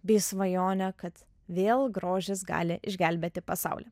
bei svajonę kad vėl grožis gali išgelbėti pasaulį